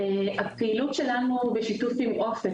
הפעילות שלנו בשיתוף עם אופק,